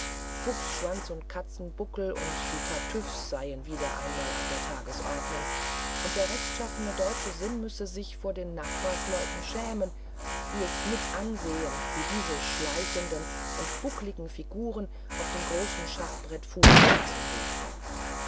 fuchsschwanz und katzenbuckel und die tartüffes seien wieder einmal an der tagesordnung und der rechtschaffene deutsche sinn müsse sich vor den nachbarsleuten schämen die es mit ansähen wie diese schleichenden und buckeligen figuren auf dem großen schachbrett fuß zu fassen suchten